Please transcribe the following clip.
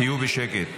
תהיו בשקט.